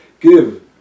Give